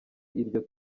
iryo